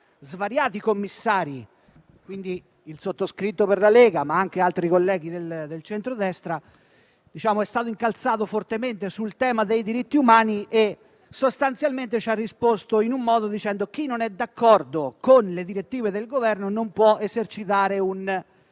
svariati commissari, tra i quali il sottoscritto per la Lega, ma anche da altri colleghi del centrodestra, è stato incalzato fortemente sul tema dei diritti umani. Sostanzialmente, ci ha risposto che chi non è d'accordo con le direttive del Governo non può esercitare un ruolo